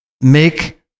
make